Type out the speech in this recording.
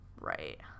Right